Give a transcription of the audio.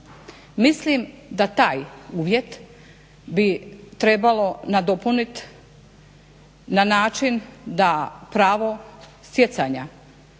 Mislim da bi taj uvjet trebalo nadopunit na način da pravo stjecanja